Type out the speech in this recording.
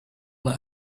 let